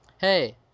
Hey